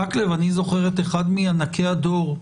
את אחד מענקי הדור,